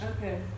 Okay